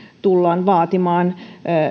tullaan vaatimaan